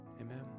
Amen